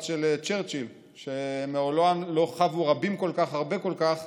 של צ'רצ'יל שמעולם לא חבו רבים כל כך הרבה כל כך